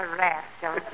rascal